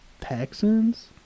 Texans